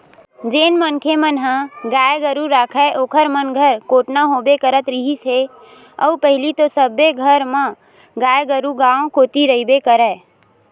जेन मनखे मन ह गाय गरु राखय ओखर मन घर कोटना होबे करत रिहिस हे अउ पहिली तो सबे घर म गाय गरु गाँव कोती रहिबे करय